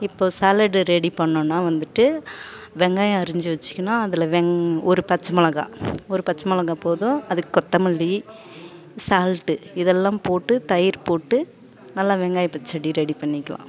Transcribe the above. இப்போது salad ready பண்ணணுன்னா வந்துட்டு வெங்காயம் அரிஞ்சு வச்சுக்கணும் அதில் வெங் ஒரு பச்சை மொளகாய் ஒரு பச்சை மொளகாய் போதும் அதுக்கு கொத்தமல்லி சால்ட்டு இதெல்லாம் போட்டு தயிர் போட்டு நல்லா வெங்காய பச்சடி ரெடி பண்ணிக்கலாம்